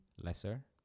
lesser